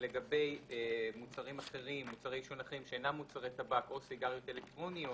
לגבי מוצרי עישון אחרים שאינם מוצרי טבק או סיגריות אלקטרונית,